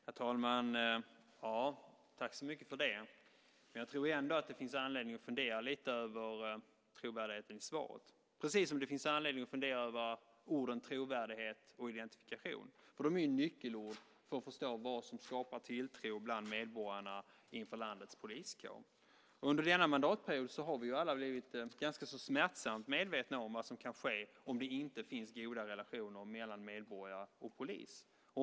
Herr talman! Tack så mycket för det! Jag tror ändå att det finns anledning att fundera lite över trovärdigheten i svaret, precis som det finns anledning att fundera över orden "trovärdighet" och "identifikation". De är ju nyckelord när det gäller att förstå vad som skapar tilltro bland medborgarna inför landets poliskår. Under denna mandatperiod har vi alla blivit ganska smärtsamt medvetna om vad som kan ske om det inte finns goda relationer mellan medborgare och polis.